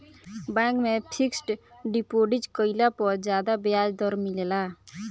bank में fixed deposit कईला पर ज्यादा ब्याज दर मिलेला